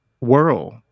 world